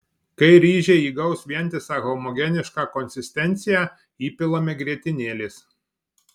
kai ryžiai įgaus vientisą homogenišką konsistenciją įpilame grietinėlės